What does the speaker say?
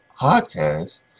podcast